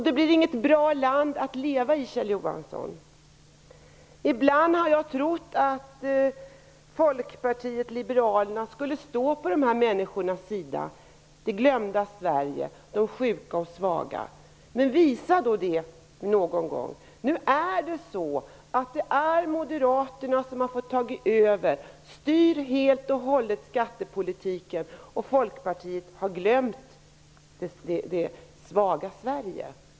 Det blir inget bra land att leva i, Ibland har jag trott att Folkpartiet liberalerna skulle stå på de här människornas sida -- det glömda Sverige, de sjuka och svaga. Men visa då det någon gång! Moderaterna har fått ta över och styr helt och hållet skattepolitiken, och Folkpartiet har glömt det svaga Sverige.